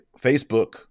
Facebook